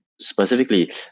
Specifically